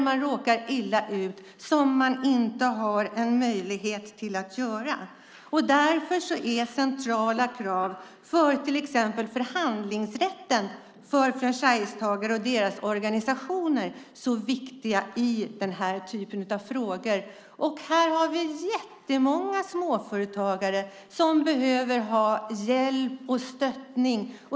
Man har inga möjligheter till detta när man råkar illa ut. Därför är centrala krav på till exempel förhandlingsrätten för franchisetagare och deras organisationer så viktiga i den här typen av frågor. Här finns det jättemånga småföretagare som behöver ha hjälp och stöd.